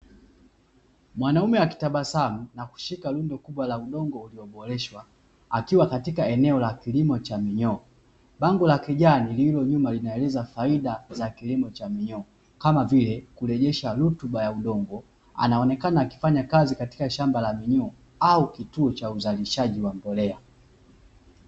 Mwanaume akitabasamu na kushika rundo kubwa la udongo ulioboreshwa akiwa katika eneo la kilimo cha minyoo bango la kijani lililo nyuma linaeleza faida za kilimo cha minyoo kama vile kurejesha rutuba ya udongo anaonekana akifanya kazi katika shamba la minyoo au, kituo cha uzalishaji wa mbolea.